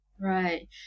Right